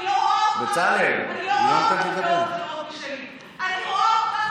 קריאה: 05:00. טלי גוטליב (הליכוד): כבר 05:00?